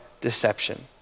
deception